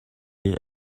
est